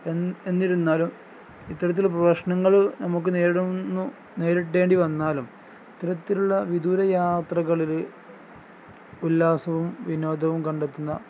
എന്നിരുന്നാലും ഇത്തരത്തിൽ പ്രശ്നങ്ങൾ നമുക്ക് നേരിടുന്നു നേരിടേണ്ടി വന്നാലും ഇത്തരത്തിലുള്ള വിദൂര യാത്രകളിൽ ഉല്ലാസവും വിനോദവും കണ്ടെത്തുന്ന